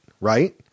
right